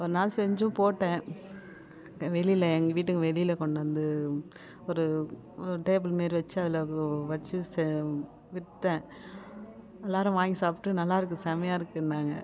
ஒரு நாள் செஞ்சும் போட்டேன் வெளியில் எங்கள் வீட்டுக்கு வெளியில் கொண்டு வந்து ஒரு டேபிள் மாதிரி வச்சு அதில் வச்சு விற்றேன் எல்லோரும் வாங்கி சாப்பிட்டு நல்லாயிருக்கு செம்மையா இருக்குதுன்னாங்க